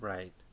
Right